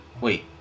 Wait